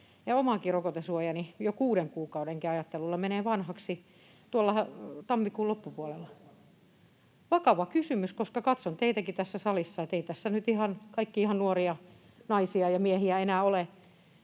omakin rokotesuojani jo kuudenkin kuukauden ajattelulla menee vanhaksi tuolla tammikuun loppupuolella. [Mika Niikon välihuuto] Vakava kysymys, koska kun katson teitäkin tässä salissa, eivät tässä nyt kaikki ihan nuoria naisia ja miehiä enää ole.